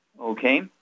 Okay